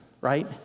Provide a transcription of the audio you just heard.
right